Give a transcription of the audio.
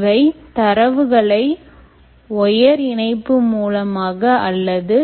இவை தரவுகளை ஒயர் இணைப்பு மூலமாக அல்லது